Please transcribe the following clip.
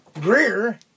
Greer